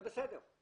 זה בסדר.